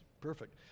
perfect